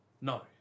No